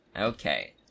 Okay